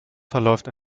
verläuft